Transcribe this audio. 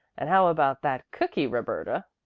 and how about that cookie, roberta?